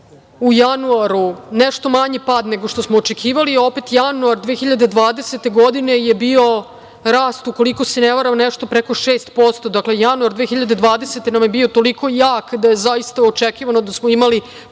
u januaru nešto manji pad nego što smo očekivali. Opet, januar 2020. godine je bio rast, ukoliko se ne varam, nešto preko 6%, dakle, januar 2020. godine nam je bio toliko jak da je zaista očekivano da smo imali pad,